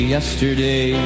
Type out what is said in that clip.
Yesterday